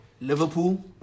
Liverpool